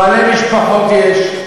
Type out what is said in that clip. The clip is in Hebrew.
בעלי משפחות יש,